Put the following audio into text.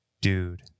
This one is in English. Dude